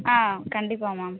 ஆ கண்டிப்பாக மேம்